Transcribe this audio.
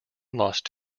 lost